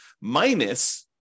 minus